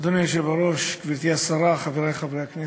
אדוני היושב-ראש, גברתי השרה, חברי חברי הכנסת,